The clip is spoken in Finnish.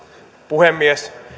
puhemies